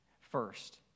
First